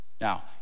Now